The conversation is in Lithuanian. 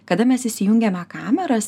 kada mes įsijungiame kameras